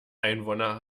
einwohner